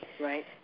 Right